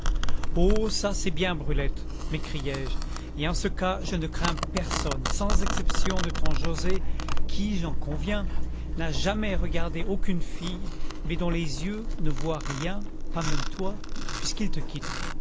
oh ça c'est bien brulette m'écriai-je et en ce cas je ne crains personne sans exception de ton joset qui j'en conviens n'a jamais regardé aucune fille mais dont les yeux ne voient rien pas même toi puisqu'il te quitte